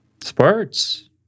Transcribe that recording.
Sports